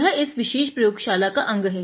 यह इस विशेष प्रयोगशाला का अंग है